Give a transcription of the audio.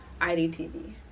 IDTV